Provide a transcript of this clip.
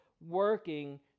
working